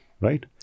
Right